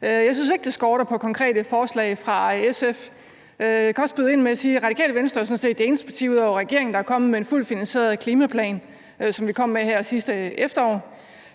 Jeg synes ikke, det skorter på konkrete forslag fra SF. Jeg kan også byde ind med at sige, at Radikale Venstre sådan set er det eneste parti ud over regeringen, der er kommet med en fuldt finansieret klimaplan, som vi kom med her sidste efterår,